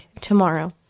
tomorrow